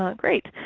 um great.